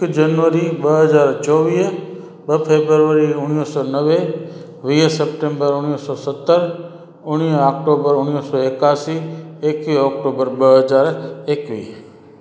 हिकु जनवरी ॿ हज़ार चोवीह ॿ फेब्रुवरी उणिवीह सौ नवे वीह सप्टेम्बर उणिवीह सौ सतरि उणिवीह अक्टूबर उणिवीह सौ एकासी एकवीह अक्टूबर ॿ हज़ार एकवीह